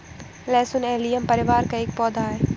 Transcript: लहसुन एलियम परिवार का एक पौधा है